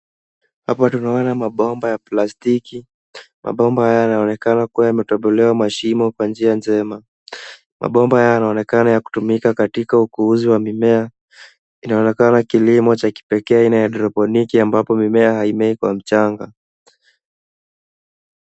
Hapa tunaona mabomba ya plastiki. Mabomba haya yanaonekana kuwa yametobolewa mashimo kwa njia njema. Mabomba haya yanaonekana ya kutumika katika ukuuzi wa mimea. Inaonekana kilimo cha kipekee aina ya haidroponiki ambapo mimea haimei kwa mchanga.